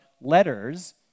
letters